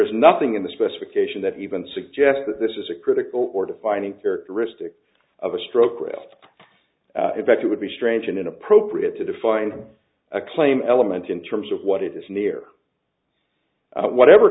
is nothing in the specification that even suggests that this is a critical or defining characteristic of a stroke wrist effect it would be strange and inappropriate to define a claim element in terms of what it is near whatever